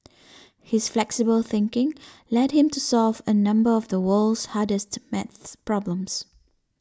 his flexible thinking led him to solve a number of the world's hardest maths problems